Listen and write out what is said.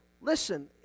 listen